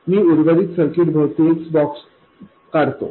मी उर्वरित सर्किट भोवती एक बॉक्स काढतो